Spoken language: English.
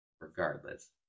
regardless